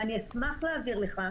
ואני אשמח להעביר לך,